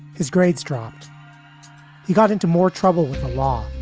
his grades dropped he got into more trouble with the law.